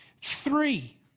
Three